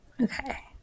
Okay